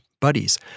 buddies